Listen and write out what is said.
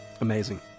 Amazing